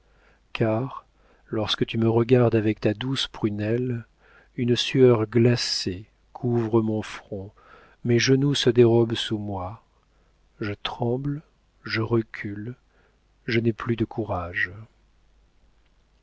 car lorsque tu me regardes avec ta douce prunelle une sueur glacée couvre mon front mes genoux se dérobent sous moi je tremble je recule je n'ai plus de courage